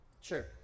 Sure